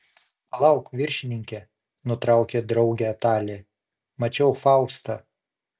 palauk viršininke nutraukė draugę talė mačiau faustą